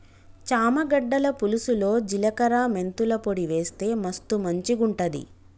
చామ గడ్డల పులుసులో జిలకర మెంతుల పొడి వేస్తె మస్తు మంచిగుంటది